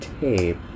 tape